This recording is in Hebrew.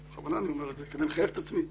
בכוונה אני אומר את זה, כדי לחייב את עצמי.